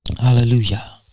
Hallelujah